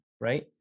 Right